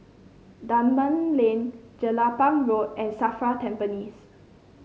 Dunman Lane Jelapang Road and Safra Tampines